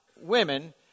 women